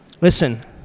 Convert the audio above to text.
listen